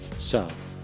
so,